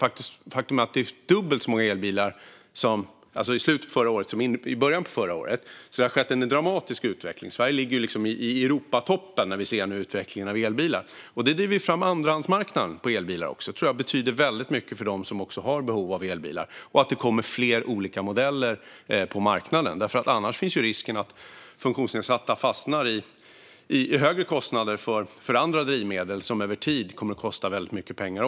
Det fanns dubbelt så många elbilar i slutet på förra året som i början på förra året, så det har skett en dramatisk utveckling. Sverige ligger i Europatoppen när det gäller utvecklingen av elbilar. Detta driver också fram andrahandsmarknaden, och det betyder mycket för dem som har behov av elbil. Annars finns risken att funktionsnedsatta fastnar i högre kostnader för andra drivmedel som över tid kommer att kosta mycket pengar.